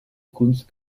kunst